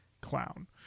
clown